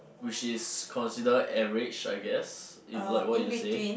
which is consider average I guess if like what you say